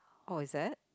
oh is it